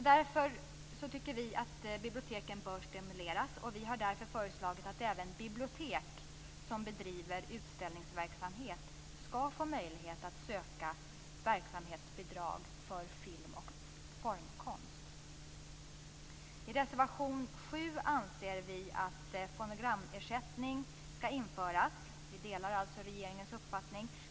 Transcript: Vi tycker att biblioteken bör stimuleras, och vi har därför föreslagit att även bibliotek som bedriver utställningsverksamhet skall få möjlighet att söka verksamhetsbidrag för film och formkonst. I reservation 7 säger vi att fonogramersättning skall införas. Vi delar alltså regeringens uppfattning.